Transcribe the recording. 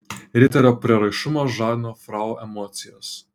riterio prieraišumas žadino frau emocijas